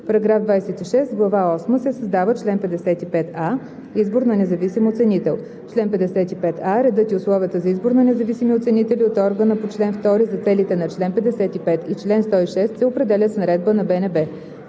„§ 26. В глава осма се създава чл. 55а: „Избор на независим оценител Чл. 55а. Редът и условията за избор на независими оценители от органа по чл. 2 за целите на чл. 55 и чл. 106 се определят с наредба на БНБ.“